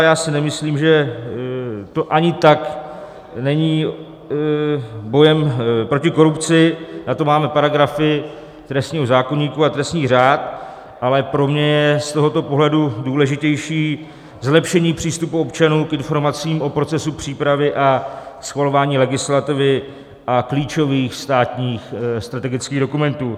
Já si myslím, že to ani tak není bojem proti korupci, na to máme paragrafy trestního zákoníku a trestní řád, ale pro mě je z tohoto pohledu důležitější zlepšení přístupu občanů k informacím o procesu přípravy a schvalování legislativy a klíčových státních strategických dokumentů.